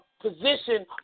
position